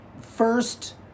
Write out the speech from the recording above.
first